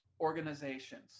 organizations